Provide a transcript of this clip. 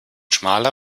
schmaler